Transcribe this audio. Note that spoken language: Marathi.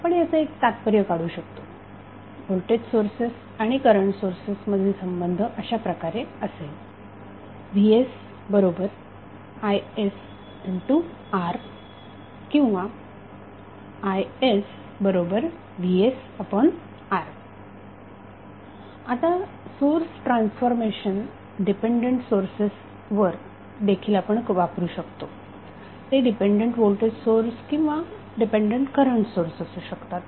आपण याचे तात्पर्य काढू शकतो व्होल्टेज सोर्सेस आणि करंट सोर्सेस मधील संबंध अशा प्रकारे असेलvsisR or isvsR आता सोर्स ट्रान्सफॉर्मेशन डिपेंडंट सोर्सेसवर देखील आपण वापरू शकतो ते डिपेंडंट व्होल्टेज सोर्स किंवा डिपेंडंट करंट सोर्स असू शकतात